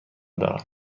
دارم